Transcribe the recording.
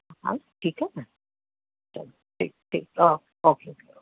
हा ठीकु आहे न चङो ठीकु ठीकु ओ ओके